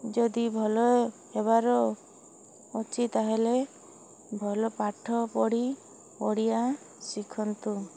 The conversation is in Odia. ଯଦି ଭଲ ହେବାର ଅଛି ତା'ହେଲେ ଭଲ ପାଠ ପଢ଼ି ଓଡ଼ିଆ ଶିଖନ୍ତୁ